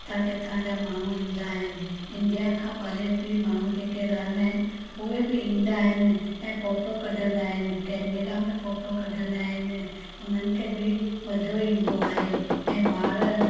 किथां किथां जा माण्हू ईंदा आहिनि इंडिया खां परे बि माण्हू जेके रहंदा आहिनि उहे बि ईंदा आहिनि ऐं फ़ोटो कढंदा आहिनि कैमेरा में फ़ोटो कढंदा आहिनि उन्हनि खे बि मज़ो ईंदो आहे ऐं ॿार